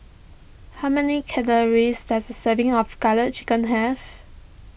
how many calories does a serving of Garlic Chicken have